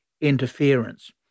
interference